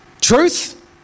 Truth